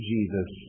Jesus